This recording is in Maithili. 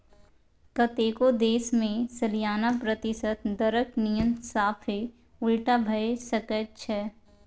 कतेको देश मे सलियाना प्रतिशत दरक नियम साफे उलटा भए सकै छै